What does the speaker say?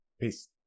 peace